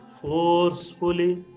forcefully